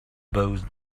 both